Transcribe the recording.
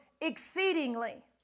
exceedingly